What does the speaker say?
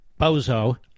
bozo